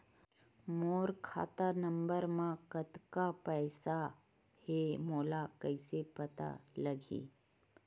मोर खाता नंबर मा कतका पईसा हे ओला कइसे पता लगी?